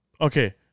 okay